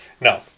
no